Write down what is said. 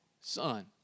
son